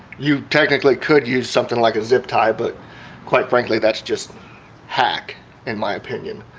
you technically could use something like a zip tie but quite frankly thats just hack in my opinion